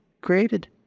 created